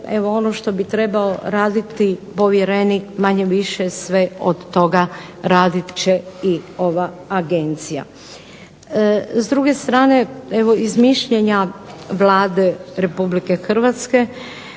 ono što bi trebao raditi povjerenik manje-više sve od toga radit će i ova agencija. S druge strane evo iz mišljenja Vlade RH koje nam je